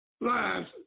lives